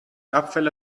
abfälle